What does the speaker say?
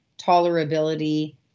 tolerability